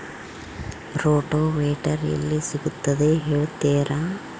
Rotavator ಎಲ್ಲಿ ಸಿಗುತ್ತದೆ ಹೇಳ್ತೇರಾ?